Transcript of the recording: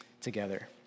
together